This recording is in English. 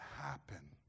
happen